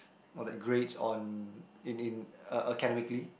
or like grades on in in a~ academically